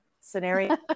scenario